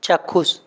চাক্ষুষ